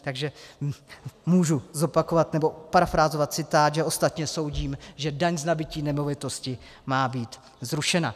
Takže můžu zopakovat, nebo parafrázovat citát ostatně soudím, že daň z nabytí nemovitostí má být zrušena.